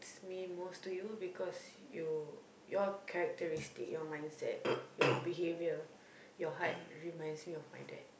it's me most to you because you your characteristic your mindset your behaviour your heart reminds me of my dad